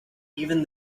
even